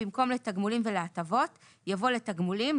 במקום "לתגמולים ולהטבות" יבוא "לתגמולים,